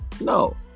No